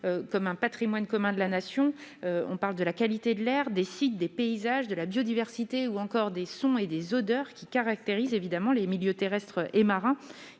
comme patrimoine commun de la Nation. Y sont cités la qualité de l'air, des sites, des paysages, de la biodiversité, ou encore des sons et des odeurs qui caractérise les milieux terrestres et marins.